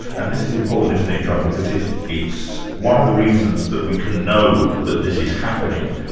and this is important, isn't it john, because it's it's one of the reasons that we can know that this is happening,